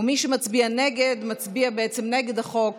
ומי שמצביע נגד מצביע בעצם נגד החוק